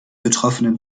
betroffenen